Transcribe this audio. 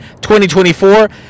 2024